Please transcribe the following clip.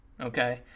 Okay